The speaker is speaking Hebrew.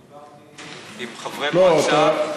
דיברתי עם חברי מועצה.